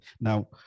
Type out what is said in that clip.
Now